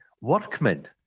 workmen